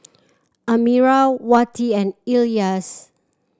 Amirah Wati and Elyas